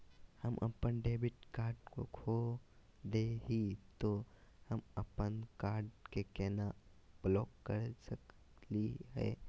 हम अपन debit card खो दे ही, त हम अप्पन कार्ड के केना ब्लॉक कर सकली हे?